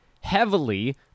heavily